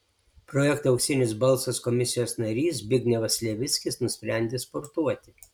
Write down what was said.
projekto auksinis balsas komisijos narys zbignevas levickis nusprendė sportuoti